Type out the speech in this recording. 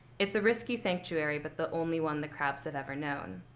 it's a risky sanctuary, but the only one the crabs have ever known.